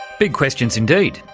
big questions indeed,